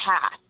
path